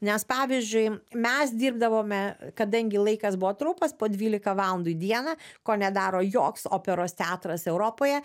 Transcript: nes pavyzdžiui mes dirbdavome kadangi laikas buvo trumpas po dvylika valandų į dieną ko nedaro joks operos teatras europoje